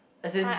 isn't